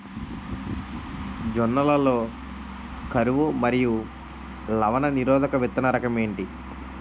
జొన్న లలో కరువు మరియు లవణ నిరోధక విత్తన రకం ఏంటి?